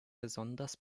besonders